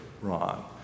wrong